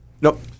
Nope